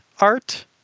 art